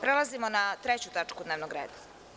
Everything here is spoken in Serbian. Prelazimo na treću tačku dnevnog reda.